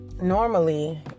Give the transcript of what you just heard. normally